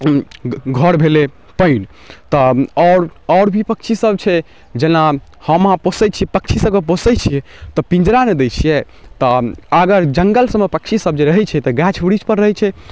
घर भेलै पानि तऽ आओर आओर भी पक्षीसब छै जेना हम अहाँ पोसै छी पक्षीसबके पोसै छिए तऽ पिञ्जरा ने दै छिए तऽ अगर जङ्गलसबमे पक्षीसब रहै छै तऽ गाछ बिरिछपर रहै छै